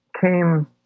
came